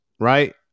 right